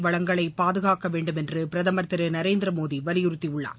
வளங்களை பாதுகாக்கவேண்டும் என்று பிரதமர் திரு நரேந்திரமோடி வலியுறுத்தியுள்ளார்